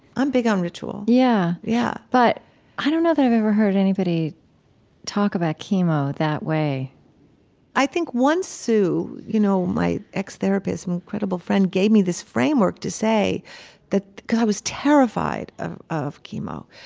i'm big on ritual yeah, yeah. but i don't know that i've ever heard anybody talk about chemo that way i think, once sue, you know, my ex-therapist and incredible friend, gave me this framework to say that god, i was terrified of of chemo.